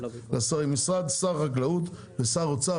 משרד שר החקלאות ושר האוצר.